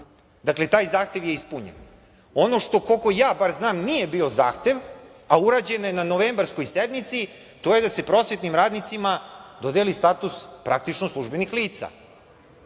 zahtev. Taj zahtev je ispunjen. Ono što, bar koliko ja znam, nije bio zahtev a urađeno je na novembarskoj sednici, to je da se prosvetnim radnicima dodeli status praktično službenih lica.